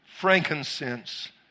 frankincense